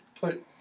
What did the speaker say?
put